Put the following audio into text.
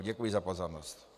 Děkuji za pozornost.